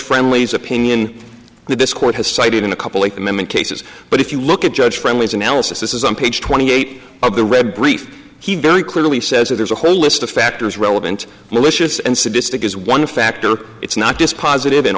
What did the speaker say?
friendly's opinion this court has cited in a couple of amendment cases but if you look at judge friendly's analysis this is on page twenty eight of the read brief he very clearly says that there's a whole list of factors relevant malicious and sadistic is one factor it's not just positive